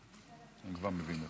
הם כבר מביאים לך.